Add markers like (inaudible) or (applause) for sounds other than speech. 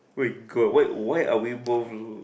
wait god why why are we both (noise)